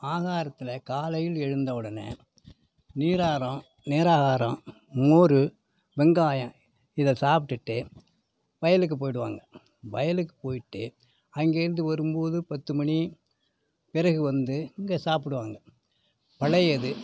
ஆகாரத்தில் காலையில் எழுந்த உடனே நீராகாராம் நீராகாரம் மோர் வெங்காயம் இதை சாப்பிட்டுவிட்டு வயலுக்கு போயிடுவாங்க வயலுக்கு போயிட்டு அங்கேருந்து வரும்போது பத்துமணி பிறகு வந்து இங்கே சாப்பிடுவாங்க பழையது